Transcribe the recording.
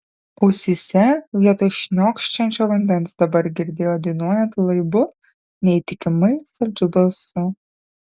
ausyse vietoj šniokščiančio vandens dabar girdėjo dainuojant laibu neįtikimai saldžiu balsu